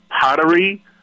pottery